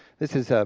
this is,